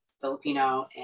Filipino